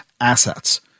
assets